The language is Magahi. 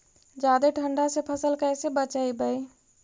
जादे ठंडा से फसल कैसे बचइबै?